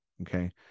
Okay